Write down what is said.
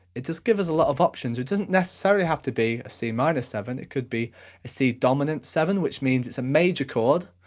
it does give us a lot of options. it doesn't necessarily have to be a c minor seven, it could be a c dominant seven, which means it's a major chord,